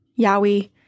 Yowie